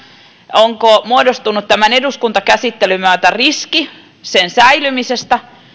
onko muodostunut tämän eduskuntakäsittelyn myötä riski sen säilymisestä